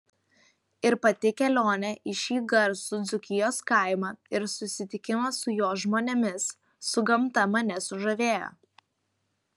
ir pati kelionė į šį garsų dzūkijos kaimą ir susitikimas su jo žmonėmis su gamta mane sužavėjo